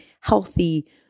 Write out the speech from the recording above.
healthy